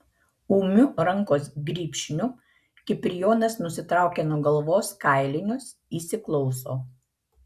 ūmiu rankos grybšniu kiprijonas nusitraukia nuo galvos kailinius įsiklauso